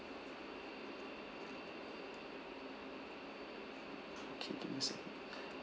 okay give me a sec